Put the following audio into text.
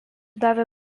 davė